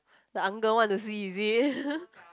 the uncle want to see is it